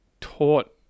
taught